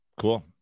Cool